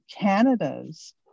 Canada's